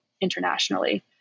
internationally